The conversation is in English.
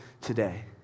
today